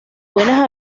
buenas